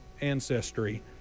ancestry